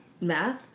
Math